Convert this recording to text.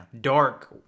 dark